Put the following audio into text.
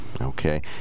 Okay